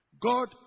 God